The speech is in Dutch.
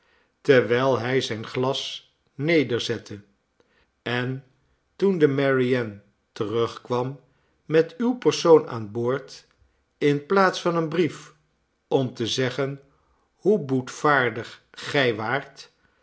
terwijl hij zijn glas nederzette en toen de mary anne terugkwam met uw persoon aan boord in plaats van een brief om te zeggen hoe boetvaardig gij waart